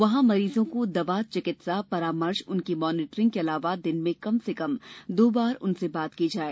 वहाँ मरीजों को दवा चिकित्सा परामर्श उनकी मॉनीटरिंग के अलावा दिन में कम से कम दो बार उनसे बात की जाए